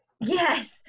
Yes